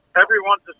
everyone's